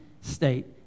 state